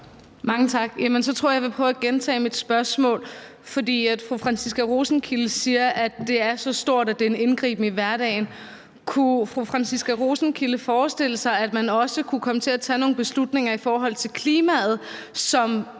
Mange tak. Jamen så tror jeg, at jeg vil prøve at gentage mit spørgsmål. Fru Franciska Rosenkilde siger, at det er så stort, at det er en indgriben i hverdagen. Kunne fru Franciska Rosenkilde forestille sig, at man også kunne komme til at tage nogle beslutninger i forhold til klimaet, som